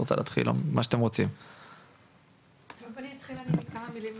אז אני אתחיל בכמה מילים